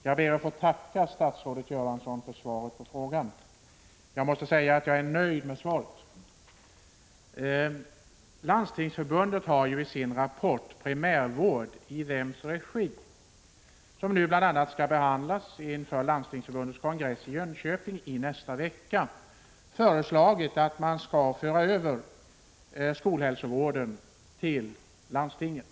Herr talman! Jag ber att få tacka statsrådet Göransson för svaret på frågan. Jag måste säga att jag är nöjd med svaret. Landstingsförbundet har i sin rapport Primärvård — i vems regi?, som nu bl.a. skall behandlas vid förbundets kongress i Jönköping i nästa vecka, föreslagit att man skall föra över skolhälsovården till landstinget.